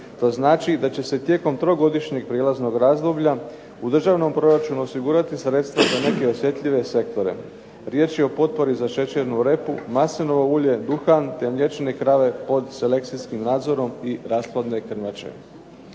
To znači da će se tijekom trogodišnjeg prijelaznog razdoblja u državnom proračunu osigurati sredstva za neke osjetljive sektore. Riječ je o potpori za šećernu repu, maslinovo ulje, duhan, te mliječne ... po selekcijskim nadzorom i rasplodne krmače.